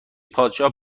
پادشاه